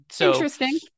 Interesting